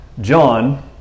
John